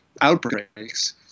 outbreaks